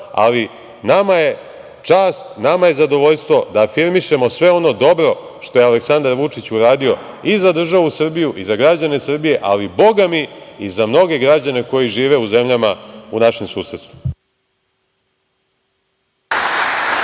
ali nama je čast, nama je zadovoljstvo da afirmišemo sve ono dobro što je Aleksandar Vučić uradio i za državu Srbiju i za građane Srbije, ali bogami i za mnoge građane koji žive u zemljama u našem susedstvu.